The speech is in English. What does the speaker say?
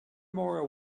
more